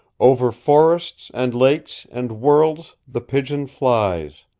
over forests and lakes and worlds the pigeon flies.